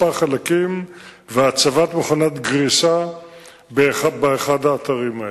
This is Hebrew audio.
והצבת מכונת גריסה באחד האתרים האלה.